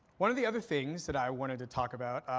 one of the other things that i wanted to talk about